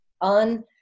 on